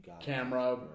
camera